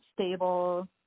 stable